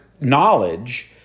knowledge